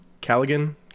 Callaghan